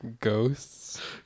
ghosts